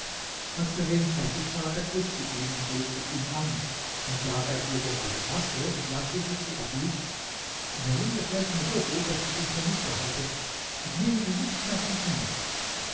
als der ring fertig war ergriff sie ihn und legte ihn an und da er ihr gerade paßte sagte sie zu abid der ring gefällt mir so gut daß ich ihn für mich behalte ich nehme ihn nicht mehr vom finger